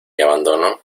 abandono